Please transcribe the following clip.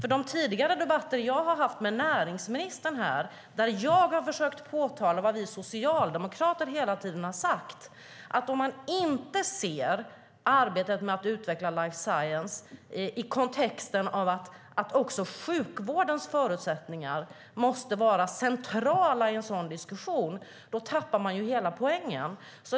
I de tidigare debatter jag har haft med näringsministern har jag försökt framhålla vad vi socialdemokrater hela tiden har sagt, nämligen att om man inte ser arbetet med att utveckla life science i kontexten av att också sjukvårdens förutsättningar måste vara centrala i diskussionen tappar man hela poängen.